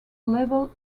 level